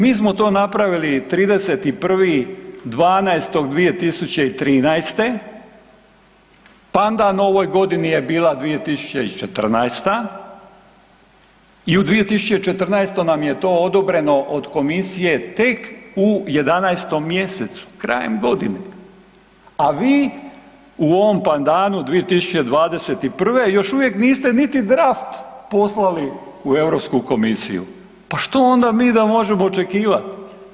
Mi smo to napravili 31.12.2013., pandan ovoj godini je bila 2014. i u 2014. nam je to odobreno od komisije tek u 11. mjesecu, krajem godine, a vi u ovom pandanu 2021. još uvijek niste niti draft poslali u Europsku komisiju, pa što onda mi da možemo očekivat?